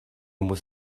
muss